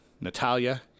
Natalia